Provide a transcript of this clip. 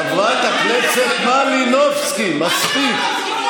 חברת הכנסת מלינובסקי, מספיק.